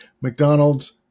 McDonald's